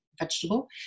vegetable